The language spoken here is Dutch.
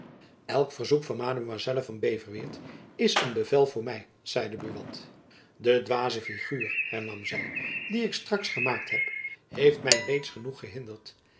elk verzoek van mademoiselle van beverweert is een bevel voor my zeide buat de dwaze figuur hernam zy die ik straks gemaakt heb heeft my reeds genoegd gehinderd